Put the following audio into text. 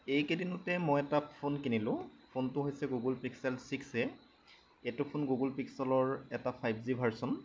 এই কেইদিনতে মই এটা ফোন কিনিলোঁ ফোনটো হৈছে গুগুল পিক্সেল ছিক্স এ এইটো ফোন গুগুল পিক্সেলৰ এটা ফাইভ জি ভাৰ্চন